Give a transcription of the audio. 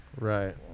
Right